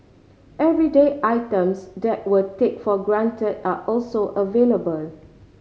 everyday items that we take for granted are also available